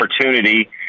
opportunity